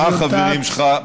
מי החברים שלך,